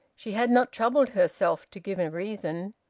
she had not troubled herself to give a reason,